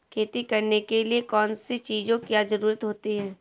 खेती करने के लिए कौनसी चीज़ों की ज़रूरत होती हैं?